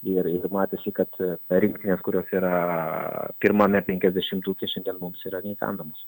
ir ir matėsi kad rinktinės kurios yra pirmame penkiasdešimtuke šiandien mums yra neįkandamos